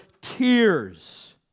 tears